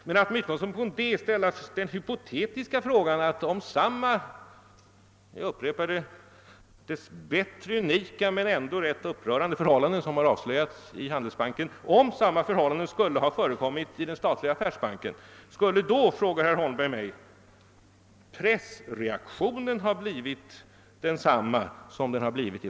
Men att med utgångspunkt i den händelsen ställa den hypotetiska frågan om pressreaktionen hade blivit densamma om samma upprörande men dess bättre — jag upprepar det — unika händelser hade inträffat i den statliga affärsbanken tycker jag faktiskt är litet omoraliskt.